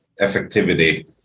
effectivity